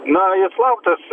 na jis lauktas